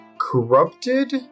corrupted